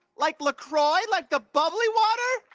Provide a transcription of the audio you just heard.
like la croix? like the bubbly water?